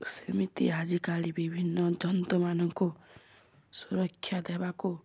ସେମିତି ଆଜିକାଲି ବିଭିନ୍ନ ଜନ୍ତୁମାନଙ୍କୁ ସୁରକ୍ଷା ଦେବାକୁ